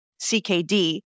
CKD